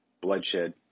bloodshed